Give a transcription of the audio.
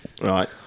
Right